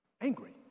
Angry